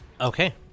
Okay